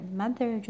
mother